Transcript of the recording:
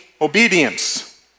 obedience